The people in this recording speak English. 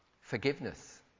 Forgiveness